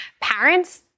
parents